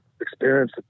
experience